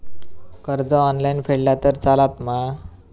कर्ज ऑनलाइन फेडला तरी चलता मा?